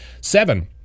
Seven